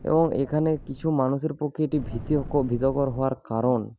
এবং এখানে কিছু মানুষের পক্ষে এটি ভীতি ও ভীতকর হওয়ার কারণ